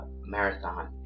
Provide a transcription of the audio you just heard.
marathon